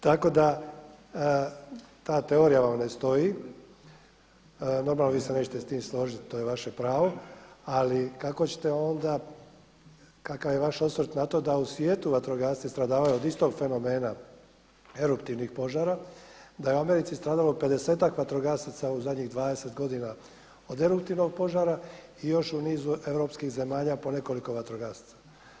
Tako da ta teorija vam ne stoji, normalno vi se nećete sa tim složiti to je vaše pravo ali kako ćete onda, kakav je vaš osvrt na to da u svijetu vatrogasci stradavaju od istog fenomena eruptivnih požara, da je u Americi stradalo 50-ak vatrogasaca u zadnjih godina od eruptivnog požara i još u nizu europskih zemalja po nekoliko vatrogasaca.